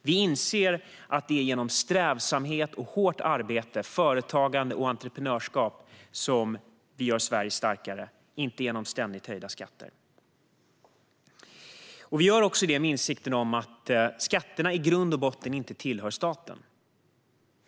Vi inser att det är genom strävsamhet och hårt arbete, företagande och entreprenörskap som vi gör Sverige starkare, inte genom ständigt höjda skatter. Vi inser också att skatterna i grund och botten inte tillhör staten.